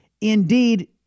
indeed